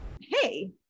Hey